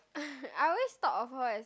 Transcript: I always thought of her as